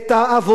הסיזיפית,